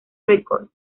records